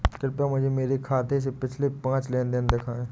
कृपया मुझे मेरे खाते से पिछले पांच लेन देन दिखाएं